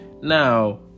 Now